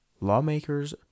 lawmakers